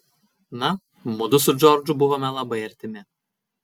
na mudu su džordžu buvome labai artimi